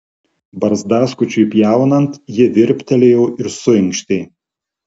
barzdaskučiui pjaunant ji virptelėjo ir suinkštė